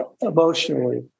emotionally